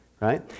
right